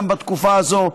גם בתקופה הזאת.